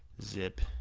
zip,